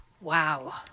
Wow